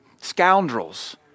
scoundrels